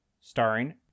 starring